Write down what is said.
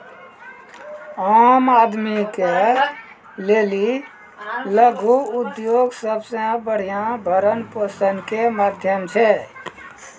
आम आदमी के लेली लघु उद्योग सबसे बढ़िया भरण पोषण के माध्यम छै